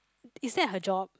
is that her job